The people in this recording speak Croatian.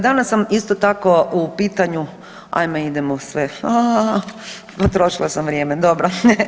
Danas sam isto tako u pitanju, ajmo idemo sve, potrošila sam vrijeme, dobro.